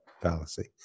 fallacy